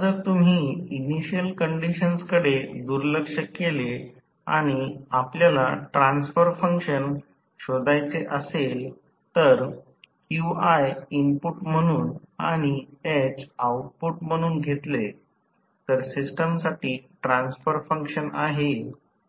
जर तुम्ही initial conditions कडे दुर्लक्ष केले आणि आपल्याला ट्रान्सफर फंक्शन शोधायचे असेल तर म्हणून आणि h आउटपुट म्हणून घेतले तर सिस्टमसाठी ट्रान्सफर फंक्शन आहे